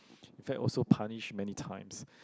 in fact also punished many times